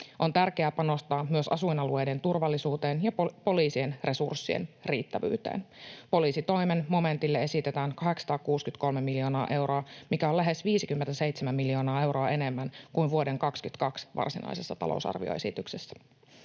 On tärkeää panostaa myös asuinalueiden turvallisuuteen ja poliisien resurssien riittävyyteen. Poliisitoimen momentille esitetään 863 miljoonaa euroa, mikä on lähes 57 miljoonaa euroa enemmän kuin vuoden 22 varsinaisessa talousarvioesityksessä.